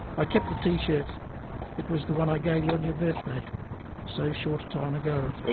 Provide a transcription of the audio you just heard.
i kept the t-shirt it was the one i gave you on your birthday so short a time ago.